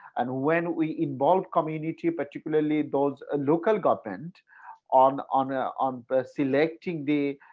and when we involve community, particularly those ah local government on on ah on selecting the